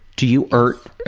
do you hurt,